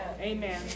Amen